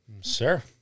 Sir